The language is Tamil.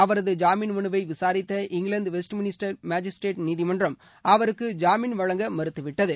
அவரது ஜாமீள் மனுவை விசாரித்த இங்கிலாந்து வெஸ்ட் மினிஸ்டர் மேஜிஸ்திரேட் நீதிமன்றம் அவருக்கு ஜாமீன் வழங்க மறுத்துவிட்டது